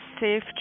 safe